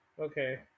okay